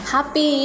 Happy